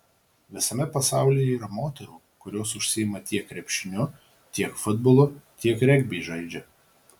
visame pasaulyje yra moterų kurios užsiima tiek krepšiniu tiek futbolu tiek regbį žaidžia